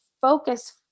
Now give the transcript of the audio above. focus